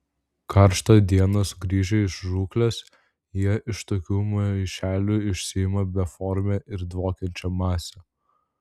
karštą dieną sugrįžę iš žūklės jie iš tokių maišelių išsiima beformę ir dvokiančią masę